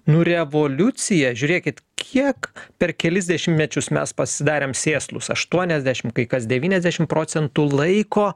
nu revoliuciją žiūrėkit kiek per kelis dešimtmečius mes pasidarėm sėslūs aštuoniasdešimt kai kas devyniasdešimt procentų laiko